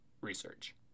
research